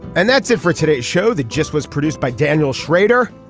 and that's it for today's show that just was produced by daniel schrader.